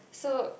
so